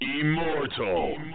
Immortal